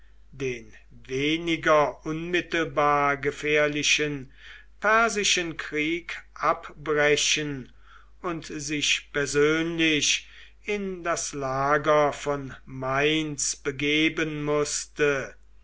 den weniger unmittelbar gefährlichen persischen krieg abbrechen und sich persönlich in das lager von mainz begeben maßte